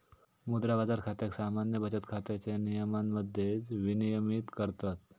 मुद्रा बाजार खात्याक सामान्य बचत खात्याच्या नियमांमध्येच विनियमित करतत